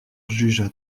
jugea